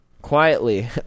quietly